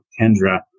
Kendra